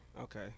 okay